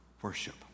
worship